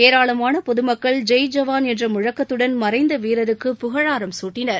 ஏராளமான பொதுமக்கள் ஜெய் ஜவான் என்ற முழக்கத்துடன் மறைந்த வீரருக்கு புகழாரம் சூட்டினர்